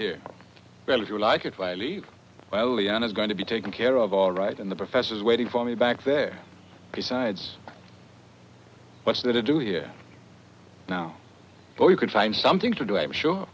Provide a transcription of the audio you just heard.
well if you like it why leave well leon is going to be taken care of all right in the professor's waiting for me back there besides what's that it do here now or you could find something to do i'm sure